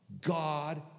God